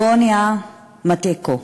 גוניה מטיקו,